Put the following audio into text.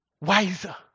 wiser